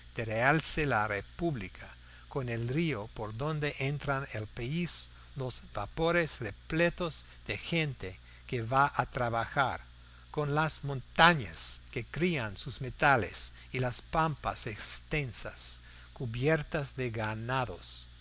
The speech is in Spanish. realce la república con el río por donde entran al país los vapores repletos de gente que va a trabajar con las montañas que crían sus metales y las pampas extensas cubiertas de ganados